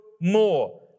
more